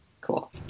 Cool